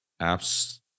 apps